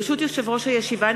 ברשות יושב-ראש הישיבה,